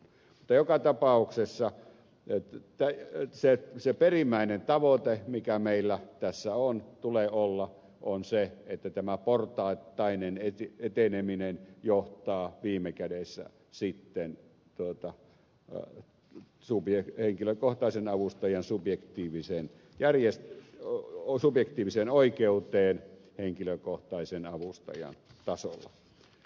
mutta joka tapauksessa se perimmäinen tavoite joka meillä tässä tulee olla on se että tämä portaittainen eteneminen johtaa viime kädessä sitten tuota ja zubie henkilökohtaisen avustajan subjektiiviseen oikeuteen henkilökohtaisen avustajan tasolla